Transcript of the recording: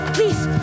Please